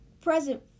present